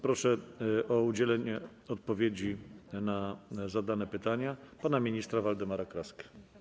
Proszę o udzielenie odpowiedzi na zadane pytania pana ministra Waldemara Kraskę.